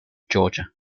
georgia